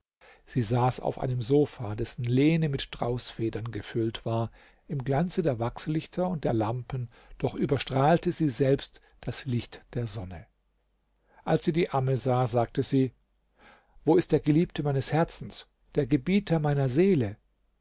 sie saß auf einem sofa dessen lehne mit straußfedern gefüllt war im glanze der wachslichter und der lampen doch überstrahlte sie selbst das licht der sonne als sie die amme sah sagte sie wo ist der geliebte meines herzens der gebieter meiner seele